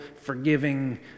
forgiving